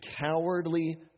cowardly